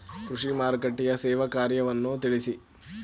ಕೃಷಿ ಮಾರುಕಟ್ಟೆಯ ಸೇವಾ ಕಾರ್ಯವನ್ನು ತಿಳಿಸಿ?